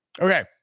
Okay